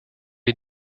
est